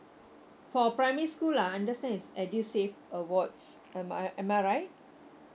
for primary school I understand is edusave awards am I am I right